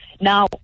Now